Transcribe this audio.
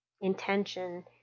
intention